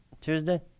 Tuesday